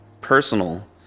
personal